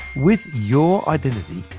with your identity,